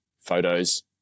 photos